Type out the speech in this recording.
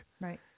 Right